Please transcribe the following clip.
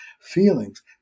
feelings